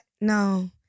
no